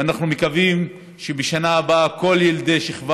ואנחנו מקווים שבשנה הבאה כל ילדי שכבה